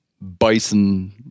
bison